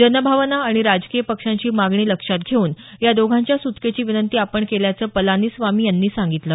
जनभावना आणि राजकीय पक्षांची मागणी लक्षात घेऊन या दोघांच्या सुटकेची विनंती आपण केल्याचं पलानीस्वामी यांनी सांगितलं